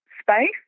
space